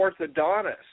orthodontist